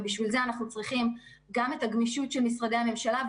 בשביל זה אנחנו צריכים גם את הגמישות של משרדי הממשלה,